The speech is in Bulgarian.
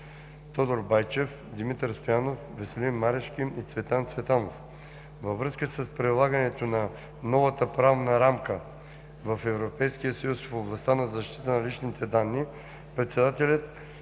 Тодор Байчев, Димитър Стоянов, Веселин Марешки и Цветан Цветанов. Във връзка с прилагането на новата правна рамка в ЕС в областта на защитата на личните данни председателят